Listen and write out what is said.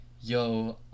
yo